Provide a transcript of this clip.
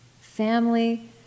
family